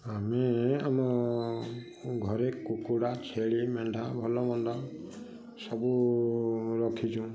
ଆମେ ଆମ ଘରେ କୁକୁଡ଼ା ଛେଳି ମେଣ୍ଢା ଭଲ ମନ୍ଦ ସବୁ ରଖିଛୁ